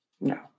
No